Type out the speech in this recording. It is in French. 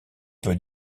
peut